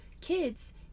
kids